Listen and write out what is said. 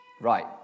Right